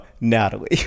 Natalie